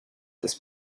this